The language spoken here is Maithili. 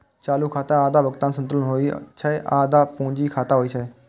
चालू खाता आधा भुगतान संतुलन होइ छै आ आधा पूंजी खाता होइ छै